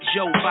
Joe